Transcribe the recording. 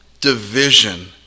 division